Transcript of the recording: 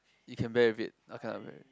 you can bear with it I cannot bear with it